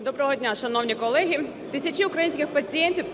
Доброго дня, шановні колеги. Тисячі українських пацієнтів